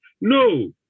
No